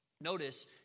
notice